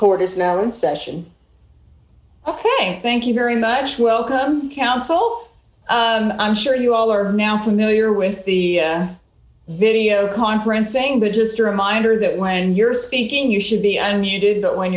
court is now in session ok thank you very much welcome counsel i'm sure you all are now familiar with the video conferencing but just a reminder that when you're speaking you should be i mean you do that when